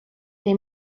they